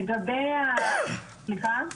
לגבי, סליחה?